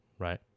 Right